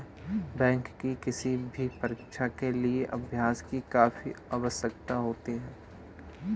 bank की किसी भी परीक्षा के लिए अभ्यास की काफी आवश्यकता होती है